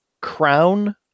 Crown